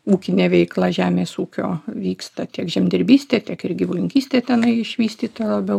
ūkinė veikla žemės ūkio vyksta tiek žemdirbystė tiek ir gyvulininkystė tenai išvystyta labiau